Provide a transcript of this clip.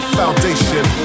foundation